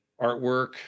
artwork